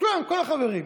את כל החברים: